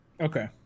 okay